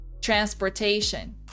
Transportation